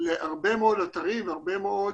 להרבה מאוד אתרים, להרבה מאוד